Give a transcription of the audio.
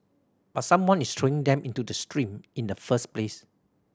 but someone is throwing them into the stream in the first place